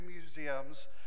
museums